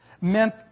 meant